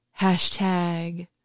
Hashtag